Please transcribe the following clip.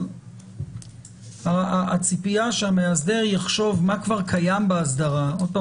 אבל הציפייה שהמאסדר יחשוב מה כבר קיים באסדרה שוב,